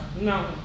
No